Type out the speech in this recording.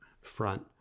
front